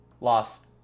Lost